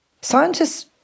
Scientists